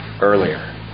earlier